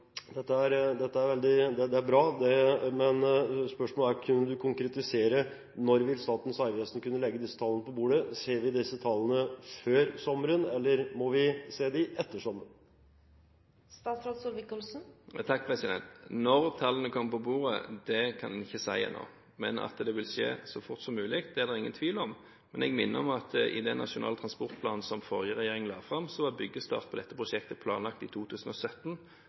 Det er bra, men spørsmålet er: Kan du konkretisere når Statens vegvesen vil kunne legge disse tallene på bordet? Ser vi disse tallene før sommeren, eller må vi vente til etter sommeren? Når tallene kommer på bordet, kan jeg ikke si ennå, men at det vil skje så fort som mulig, er det ingen tvil om. Jeg minner om at i den nasjonale transportplanen som forrige regjering la fram, var byggestart på dette prosjektet planlagt i 2017,